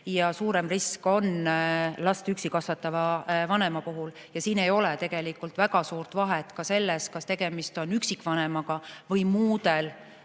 Suurem risk on last üksi kasvatava vanema puhul. Siin ei ole tegelikult väga suurt vahet ka selles, kas tegemist on üksikvanemaga või on muudest